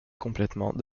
complètement